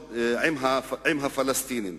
עם הפלסטינים,